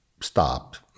stopped